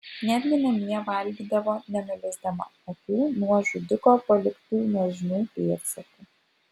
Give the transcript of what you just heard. netgi namie valgydavo nenuleisdama akių nuo žudiko paliktų nuožmių pėdsakų